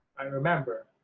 remember,